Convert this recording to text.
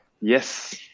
Yes